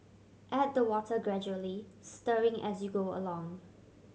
add the water gradually stirring as you go along